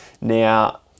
Now